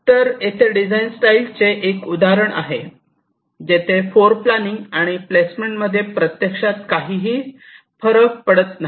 तर येथे डिझाइन स्टाईलचे एक उदाहरण आहे जेथे फ्लोरप्लानिंग आणि प्लेसमेंटमध्ये प्रत्यक्षात काहीही फरक पडत नाही